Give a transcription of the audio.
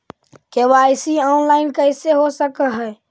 KYC online कैसे हो सक है?